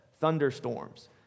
thunderstorms